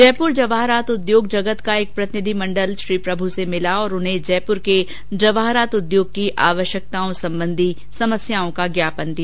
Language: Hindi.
जयपुर जयाहरात उद्योग जगत का एक प्रतिनिधि मण्डल भी श्री प्रमु से मिला और उन्हें जयपुर के जवाहररात उद्योग की आवश्यकताओं संबंधित समस्याओं का ज्ञापन दिया